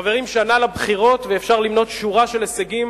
חברים, שנה לבחירות, ואפשר למנות שורה של הישגים